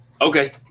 Okay